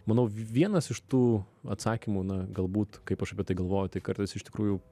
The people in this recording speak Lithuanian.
manau vienas iš tų atsakymų na galbūt kaip aš apie tai galvoju tai kartais iš tikrųjų